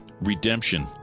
redemption